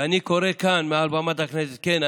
ואני קורא כאן מעל במת הכנסת כן,